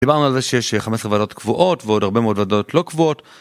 דיברנו על זה שיש 15 ועדות קבועות ועוד הרבה מאוד ועדות לא קבועות.